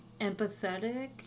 empathetic